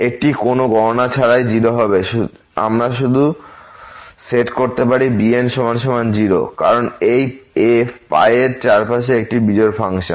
এটি কোন গণনা ছাড়াই 0 হবে আমরা শুধু সেট করতে পারি bn 0 কারণ এই f এর চারপাশে একটি বিজোড় ফাংশন